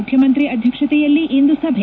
ಮುಖ್ಯಮಂತ್ರಿ ಅಧ್ಯಕ್ಷತೆಯಲ್ಲಿ ಇಂದು ಸಭೆ